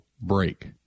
break